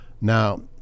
now